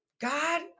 God